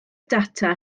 data